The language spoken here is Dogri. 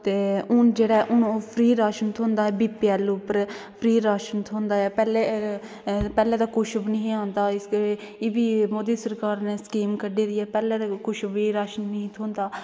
ते हून जेहडा ऐ हून ओह् फ्री राशन थ्होंदा बीपीएल उपर फ्री राशन थ्होंदा ऐ पैहलें पैहलें ते कुछ बी नेईं हा आंदा इसदे उपर एह्बी मोदी सरकार ने स्कीम कड्ढी दी ऐ पैहलें ते बिल्कुल कुछ बी राशन नेई ही थ्होंदा